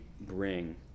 bring